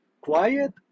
quiet